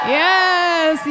yes